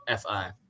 fi